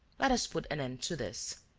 let us put an end to this.